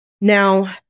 Now